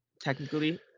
Technically